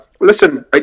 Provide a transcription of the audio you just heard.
listen